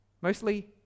mostly